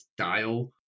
style –